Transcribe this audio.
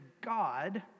God